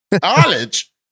college